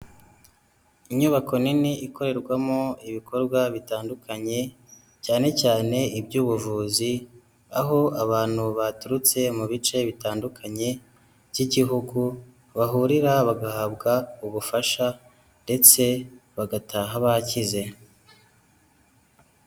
Inyubako nini ikorerwamo ibikorwa bitandukanye cyane cyane iby'ubuvuzi, aho abantu baturutse mu bice bitandukanye by'igihugu, bahurira bagahabwa ubufasha ndetse bagataha bakize.